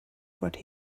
what